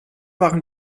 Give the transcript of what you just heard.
waren